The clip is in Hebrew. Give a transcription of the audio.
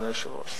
אדוני היושב-ראש,